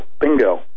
bingo